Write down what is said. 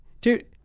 dude